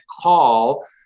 call